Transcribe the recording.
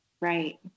Right